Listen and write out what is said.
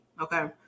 Okay